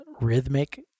rhythmic